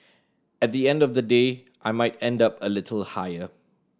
at the end of the day I might end up a little higher